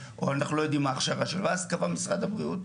ואנחנו לא יודעים מה ההכשרה שלו ואז קבע משרד הבריאות,